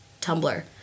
Tumblr